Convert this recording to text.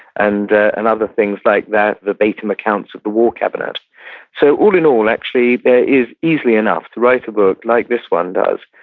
and and other things like that, verbatim accounts of the war cabinet so all in all actually, there is easily enough to write a book like this one does.